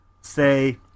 say